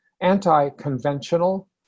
anti-conventional